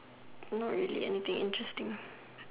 not really anything interesting